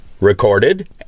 recorded